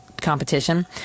competition